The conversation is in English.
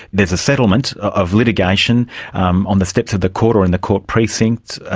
there's a settlement of litigation um on the steps of the court or in the court precinct,